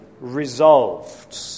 resolved